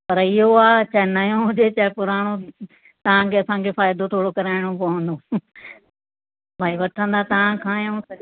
पर इयो आहे चाहे नयो हुजे चाहे पुराणो तव्हांखे असांखे फ़ाइदो थोरो कराइणो पवंदो भाई वठंदा तव्हांखां आहियूं